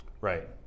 Right